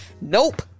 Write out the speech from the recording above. nope